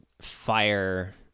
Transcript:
fire